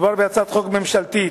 מדובר בהצעת חוק ממשלתית,